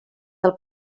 del